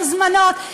מוזמנות,